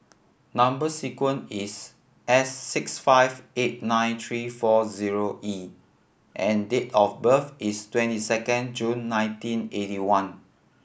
number sequence is S six five eight nine three four zero E and date of birth is twenty second June nineteen eighty one